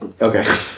Okay